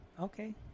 Okay